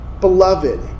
Beloved